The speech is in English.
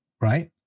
right